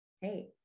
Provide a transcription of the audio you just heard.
hey